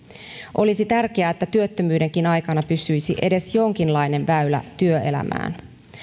olisi tärkeää että työttömyydenkin aikana pysyisi edes jonkinlainen väylä työelämään